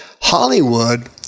Hollywood